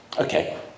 Okay